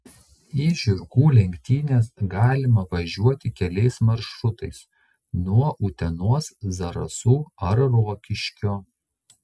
į žirgų lenktynes galima važiuoti keliais maršrutais nuo utenos zarasų ar rokiškio